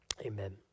amen